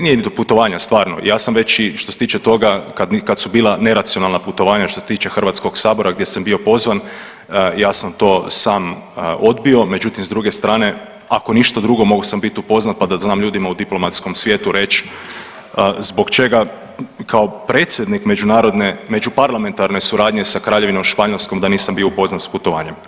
Nije ni do putovanja stvarno, ja sam već i što se tiče toga kad su bila neracionalna putovanja što se tiče Hrvatskog sabora gdje sam bio pozvan, ja sam to sam odbio, međutim s druge strane ako ništa drugo mogao sam biti upoznat pa da znam ljudima u diplomatskom svijetu reći zbog čega kao predsjednik međunarodne, međuparlamentarne suradnje sa Kraljevinom Španjolskom da nisam bio upoznat s putovanjem.